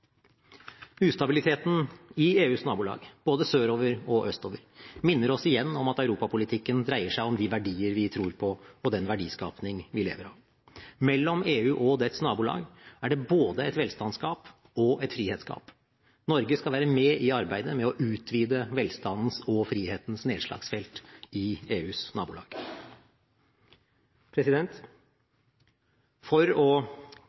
Ustabiliteten i EUs nabolag både sørover og østover minner oss igjen om at europapolitikken dreier seg om de verdier vi tror på, og den verdiskaping vi lever av. Mellom EU og dets nabolag er det både et velstandsgap og et frihetsgap. Norge skal være med i arbeidet med å utvide velstandens og frihetens nedslagsfelt i EUs nabolag. For å